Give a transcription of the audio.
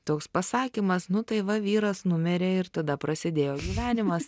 toks pasakymas nu tai va vyras numirė ir tada prasidėjo gyvenimas